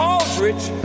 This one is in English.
Aldrich